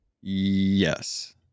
yes